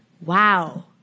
Wow